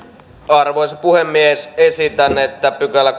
arvoisa puhemies esitän että kolmaskymmeneskuudes pykälä